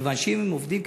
מכיוון שאם הם עובדים,